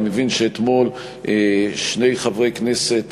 אני מבין שאתמול שני חברי כנסת,